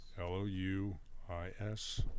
L-O-U-I-S